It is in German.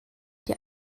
die